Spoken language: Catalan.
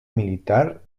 militar